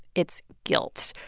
it's guilt.